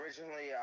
originally